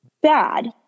bad